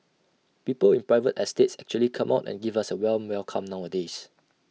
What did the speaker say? people in private estates actually come out and give us A warm welcome nowadays